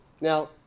Now